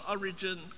origin